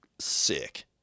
sick